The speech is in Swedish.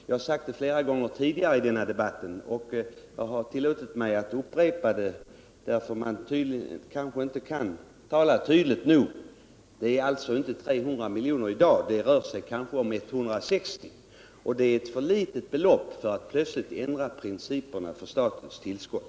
Jag har sagt detta flera gånger tidigare i denna debatt, och jag har tillåtit mig att upprepa det, eftersom man i det här fallet inte kan tala tydligt nog. Fonden omfattar alltså inte 300 milj.kr. i dag. Det rör sig kanske om 170 milj.kr. och det är ett för litet belopp för att man plötsligt skall ändra principerna för statens tillskott.